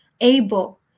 able